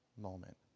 moment